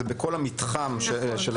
זה בכל המתחם של האזור,